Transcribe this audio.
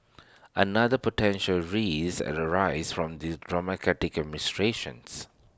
another potential risk and arise from the